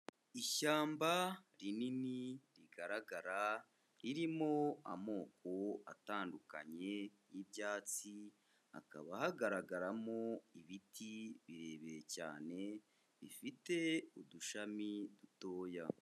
Ishyamba rinini rigaragara, ririmo amoko atandukanye y'ibyatsi, hakaba hagaragaramo ibiti birebire cyane, bifite udushami dutoya.